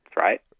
right